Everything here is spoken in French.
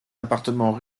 appartement